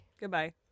Goodbye